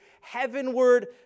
heavenward